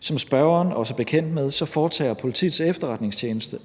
Som spørgeren også er bekendt med, foretager Politiets Efterretningstjeneste